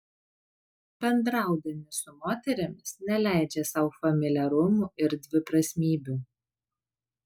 bendraudami su moterimis neleidžia sau familiarumų ir dviprasmybių